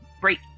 great